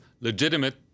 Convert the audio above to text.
legitimate